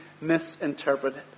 misinterpreted